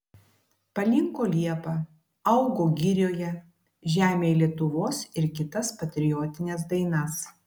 palinko liepa augo girioje žemėj lietuvos ir kitas patriotines dainas